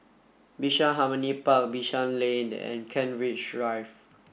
Bishan Harmony Park Bishan Lane and Kent Ridge Drive